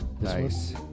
Nice